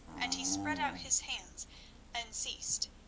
and he spread out his hands and ceased.